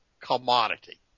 commodity